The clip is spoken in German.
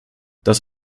das